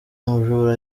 umujura